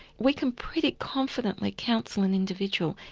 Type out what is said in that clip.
we can pretty confidently counsel an individual,